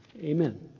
Amen